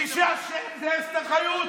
מי שאשם זה אסתר חיות.